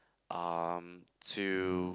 um to